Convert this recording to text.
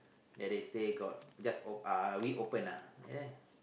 that they say got just uh we open ah